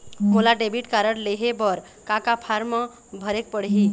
मोला debit card लेहे बर का का फार्म भरेक पड़ही?